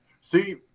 see